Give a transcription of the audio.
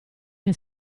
che